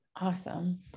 Awesome